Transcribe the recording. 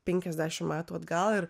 penkiasdešim metų atgal ir